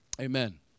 Amen